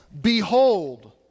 Behold